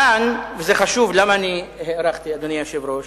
כאן, וזה חשוב, למה הארכתי, אדוני היושב-ראש,